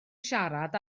siarad